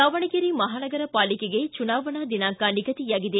ದಾವಣಗೆರೆ ಮಹಾನಗರ ಪಾಲಿಕೆಗೆ ಚುನಾವಣಾ ದಿನಾಂಕ ನಿಗಧಿಯಾಗಿದೆ